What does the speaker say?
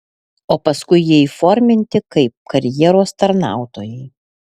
o paskui jie įforminti kaip karjeros tarnautojai